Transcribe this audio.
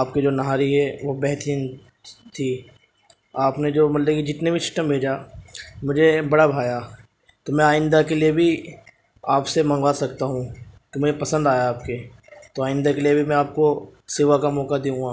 آپ کی جو نہاری ہے وہ بہترین تھی آپ نے جو مطلب جتنے بھی ششٹم بھیجا مجھے بڑا بھایا تو میں آئندہ کے لیے بھی آپ سے منگوا سکتا ہوں ہمیں پسند آیا آپ کے تو آئندہ کے لیے بھی میں آپ کو سیوا کا موقع دونگا